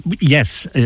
Yes